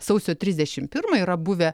sausio trisdešim pirmą yra buvę